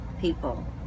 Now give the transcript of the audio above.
people